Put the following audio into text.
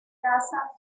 caza